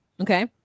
okay